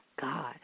God